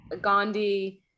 Gandhi